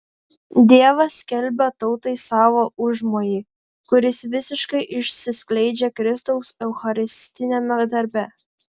dievas skelbia tautai savo užmojį kuris visiškai išsiskleidžia kristaus eucharistiniame darbe